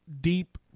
deep